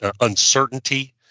uncertainty